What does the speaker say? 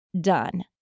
done